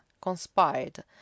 conspired